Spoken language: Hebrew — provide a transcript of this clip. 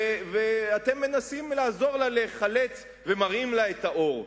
ואתם מנסים לעזור לה להיחלץ ומראים לה את האור.